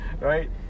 right